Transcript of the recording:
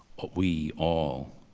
we, all.